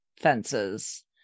fences